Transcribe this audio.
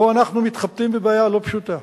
פה אנחנו מתחבטים בבעיה לא פשוטה.